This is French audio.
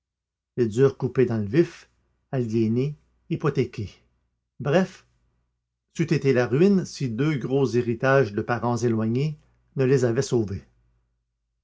ils durent couper dans le vif aliéner hypothéquer bref c'eût été la ruine si deux gros héritages de parents éloignés ne les avaient sauvés